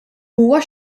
huwa